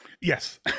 Yes